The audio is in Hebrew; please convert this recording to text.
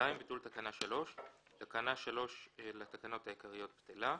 ביטול תקנה 3 תקנה 3 לתקנות העיקריות בטלה.